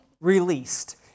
released